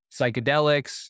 psychedelics